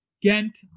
ghent